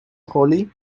hollie